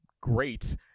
great